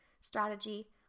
strategy